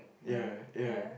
ya ya